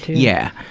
yeah.